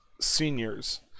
Seniors